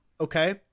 Okay